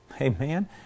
Amen